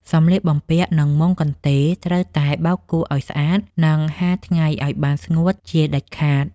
សម្លៀកបំពាក់ និងមុងកន្ទេលត្រូវតែបោកគក់ឱ្យស្អាត និងហាលថ្ងៃឱ្យបានស្ងួតជាដាច់ខាត។